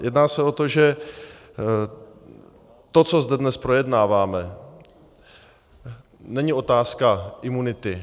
Jedná se o to, že to, co zde projednáváme, není otázka imunity.